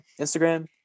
instagram